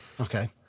Okay